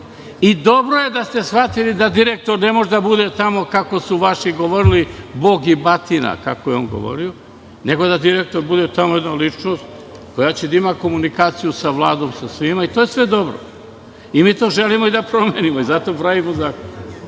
dobro je da ste shvatili da direktor ne može da bude kako su vaši govorili, bog i batina, kako je on govorio. Nego da direktor tamo bude jedna ličnost koja će da ima komunikaciju sa Vladom, sa svima, i to je sve dobro. Mi to želimo da promenimo, zato i pravimo zakon,